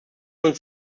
uns